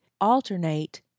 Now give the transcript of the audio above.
alternate